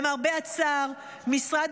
למרבה הצער, משרד